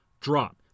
drop